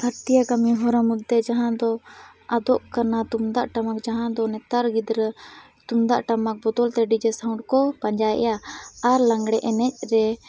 ᱦᱟᱛ ᱛᱤᱭᱟᱜ ᱠᱟᱹᱢᱤ ᱦᱚᱨᱟ ᱢᱚᱫᱽᱫᱷᱮ ᱡᱟᱦᱟᱸ ᱫᱚ ᱟᱫᱚᱜ ᱠᱟᱱᱟ ᱛᱩᱢᱫᱟᱜ ᱴᱟᱢᱟᱠ ᱡᱟᱦᱟᱸ ᱫᱚ ᱱᱮᱛᱟᱨ ᱜᱤᱫᱽᱨᱟᱹ ᱛᱩᱢᱫᱟᱜ ᱴᱟᱢᱟᱠ ᱵᱚᱫᱚᱞᱛᱮ ᱰᱤᱡᱮ ᱥᱟᱣᱩᱸᱰ ᱠᱚ ᱯᱟᱸᱡᱟᱭᱮᱫᱼᱟ ᱟᱨ ᱞᱟᱸᱜᱽᱲᱮ ᱮᱱᱮᱡᱨᱮ